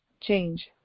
change